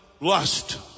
lust